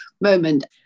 moment